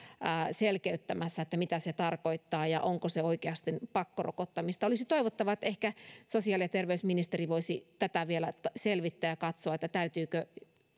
selkeyttämässä mitä se tarkoittaa ja onko se oikeasti pakkorokottamista olisi toivottavaa että ehkä sosiaali ja terveysministeri voisi tätä vielä selvittää ja katsoa täytyykö